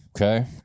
Okay